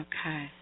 Okay